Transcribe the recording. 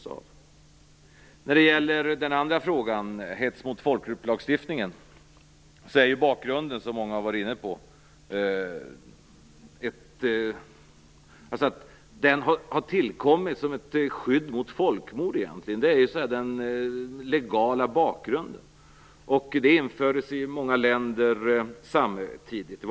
Som många har varit inne på har den andra frågan, den om lagstiftningen om hets mot folkgrupp, egentligen tillkommit som ett skydd mot folkmord. Det är den legala bakgrunden. Detta skydd infördes i många länder samtidigt.